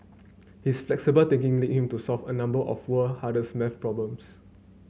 his flexible thinking lead him to solve a number of the world hardest maths problems